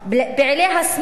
פעילי השמאל,